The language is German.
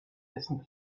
dessen